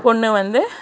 பொண்ணு வந்து